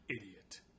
idiot